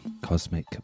cosmic